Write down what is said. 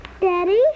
Daddy